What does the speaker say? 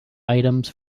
items